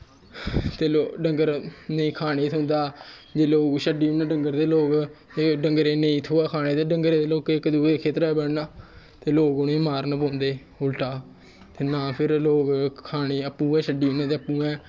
ते डंगर नेईं खाने गी थ्होंदा ते लोग छड्डी ओड़दे डंगर ते लोक नेईं थ्होऐ डंगरें गी ते इक दुए दे खेतरैं बड़ना ते लोग उ'नें गी मारन लगी पौंदे उल्टा ते ना फिर खानें गी लोग अप्पूं गै छड्डी ओड़ने ते अप्पूं गै